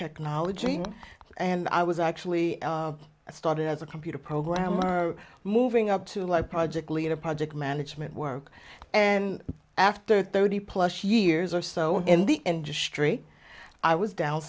technology and i was actually i started as a computer programmer moving up to like project leader project management work and after thirty plus years or so in the industry i was down